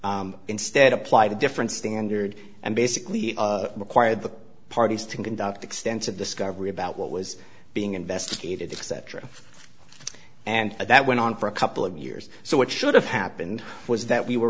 instead applied a different standard and basically required the parties to conduct extensive discovery about what was being investigated except and that went on for a couple of years so what should have happened was that we were